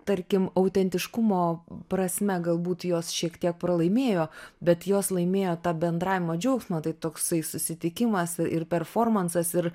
tarkim autentiškumo prasme galbūt jos šiek tiek pralaimėjo bet jos laimėjo tą bendravimo džiaugsmą tai toksai susitikimas ir performansas ir